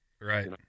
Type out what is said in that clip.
Right